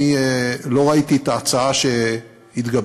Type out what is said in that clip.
לא ראיתי את ההצעה שהתגבשה,